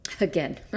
again